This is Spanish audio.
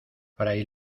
fray